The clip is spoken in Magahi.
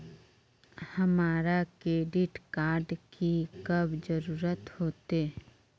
हमरा क्रेडिट कार्ड की कब जरूरत होते?